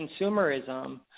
consumerism